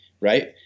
right